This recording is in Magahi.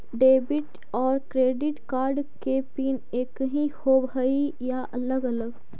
डेबिट और क्रेडिट कार्ड के पिन एकही होव हइ या अलग अलग?